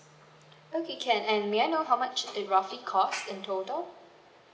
okay can and may I know how much it roughly cost in total